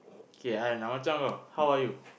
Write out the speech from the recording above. K I na macam bro how are you